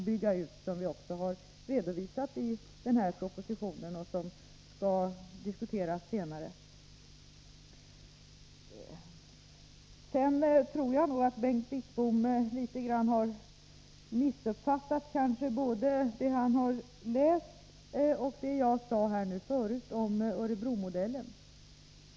Det har vi också redovisat i denna proposition, och det skall diskuteras senare. Jag tror nog att Bengt Wittbom något har missuppfattat både det han har läst och det jag sade här tidigare om Örebromodellen.